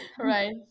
right